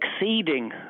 exceeding